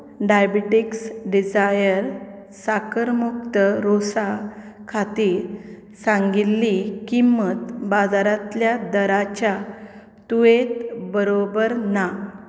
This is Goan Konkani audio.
डायबेटिक्स डिझायर साकर मुक्त रोसा खातीर सांगिल्ली किंमत बाजारांतल्या दरांच्या तुळनेन बरोबर ना